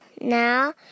Now